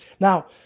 Now